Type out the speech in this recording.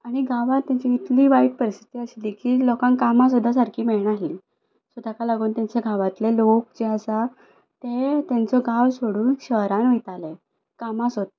आनी गांवांक तेजी इतली वायट परिस्थिती आशिल्ली की लोकांक कामां सुद्दां सारकीं मेयणानासली सो तेका लागोन तेंच्या गांवांतले लोक जे आसा ते तेंचो गांव सोडून शहरान वयताले कामां सोदपाक